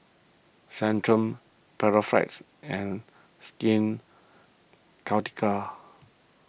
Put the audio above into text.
Centrum Panaflex and Skin Ceuticals